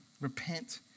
Repent